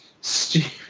stupid